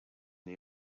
the